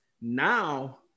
now